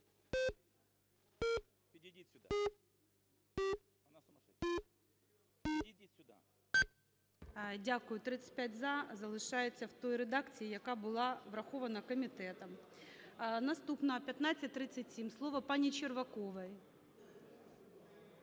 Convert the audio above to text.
Дякую. 35 - "за". Залишається в тій редакції, яка була врахована комітетом. Наступна – 1537. Слово паніЧерваковій.